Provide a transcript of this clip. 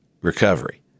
recovery